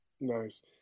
Nice